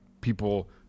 people